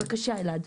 בבקשה, אלעד.